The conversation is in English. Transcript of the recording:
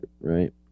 right